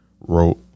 wrote